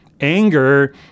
Anger